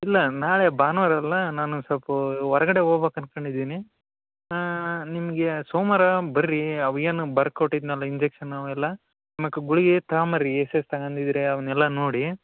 ಇಲ್ಲ ನಾಳೆ ಭಾನುವಾರ ಅಲ್ಲ ನಾನು ಸಪ್ಪ ಹೊರ್ಗಡೆ ಹೋಗ್ಬೇಕ್ ಅಂದ್ಕಂಡಿದ್ದೀನಿ ನಿಮಗೆ ಸೋಮವಾರ ಬರ್ರಿ ಅವ ಏನು ಬರ್ದು ಕೊಟ್ಟಿದ್ನಲ್ಲಾ ಇಂಜೆಕ್ಷನ ಅವೆಲ್ಲ ಮತ್ತು ಗುಳ್ಗಿ ತಗೊಂಡು ಬನ್ರಿ ಎಷ್ಟೆಷ್ಟು ತಗೊಂಡಿದ್ದೀರಿ ಅವನ್ನೆಲ್ಲ ನೋಡಿ